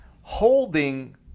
holding